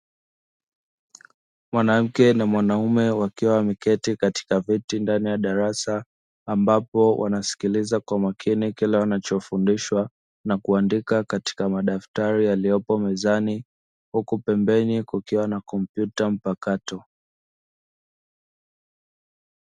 Mwanamke na mwanaume wakiwa wameketi katika viti ndani ya darasa ambapo wanasikiliza kwa makini kila wanachofundishwa na kuandika katika madaftari yaliyopo mezani huku, pembeni kukiwa na kompyuta mpakato.